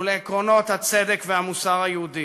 ולעקרונות הצדק והמוסר היהודי.